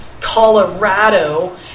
Colorado